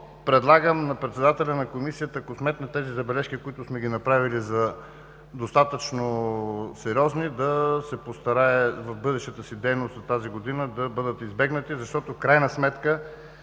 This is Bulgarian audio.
предлагам на председателя на Комисията, ако сметне тези забележки, които сме направили за достатъчно сериозни, да се постарае в бъдещата си дейност от тази година да бъдат избегнати, защото в крайна сметка